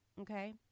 okay